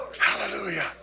Hallelujah